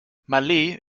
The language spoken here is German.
malé